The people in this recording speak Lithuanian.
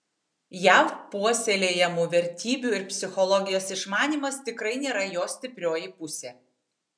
jav puoselėjamų vertybių ir psichologijos išmanymas tikrai nėra jo stiprioji pusė